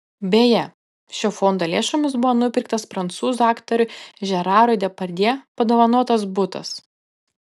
beje šio fondo lėšomis buvo nupirktas prancūzų aktoriui žerarui depardjė padovanotas butas